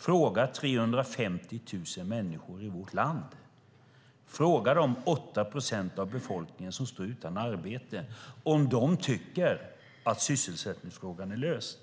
Fråga 350 000 människor i vårt land, de 8 procent av befolkningen som står utan arbete, om de tycker att sysselsättningsfrågan är löst.